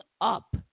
up